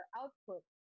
output